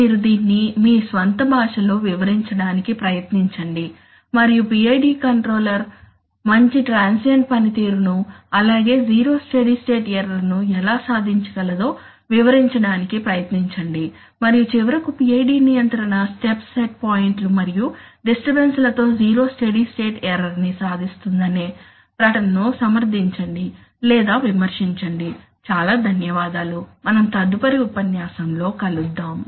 మీరు దీన్ని మీ స్వంత భాషలో వివరించడానికి ప్రయత్నించండి మరియు PID కంట్రోలర్ మంచి ట్రాన్సియెంట్ పనితీరును అలాగే జీరో స్టడీ స్టేట్ ఎర్రర్ ను ఎలా సాధించగలదో వివరించడానికి ప్రయత్నించండి మరియు చివరకు PID నియంత్రణ స్టెప్ సెట్ పాయింట్లు మరియు డిస్టర్బన్స్ లతో జీరో స్టడీ స్టేట్ ఎర్రర్ ని సాధిస్తుందనే ప్రకటనను సమర్థించండి లేదా విమర్శించండి చాలా ధన్యవాదాలు మనం తదుపరి ఉపన్యాసంలో కలుద్దాం